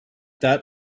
that